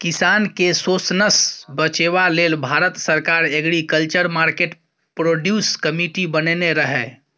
किसान केँ शोषणसँ बचेबा लेल भारत सरकार एग्रीकल्चर मार्केट प्रोड्यूस कमिटी बनेने रहय